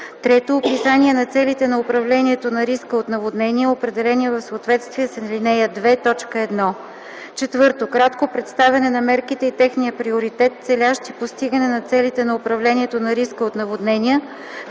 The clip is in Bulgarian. карти; 3. описание на целите на управлението на риска от наводнения, определени в съответствие с ал. 2, т. 1; 4. кратко представяне на мерките и техния приоритет, целящи постигане на целите на управлението на риска от наводнения,